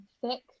thick